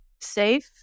safe